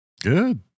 Good